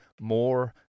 more